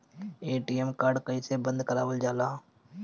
ATM card बन्द कईसे करावल जाला?